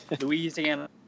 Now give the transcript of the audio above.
Louisiana